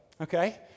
okay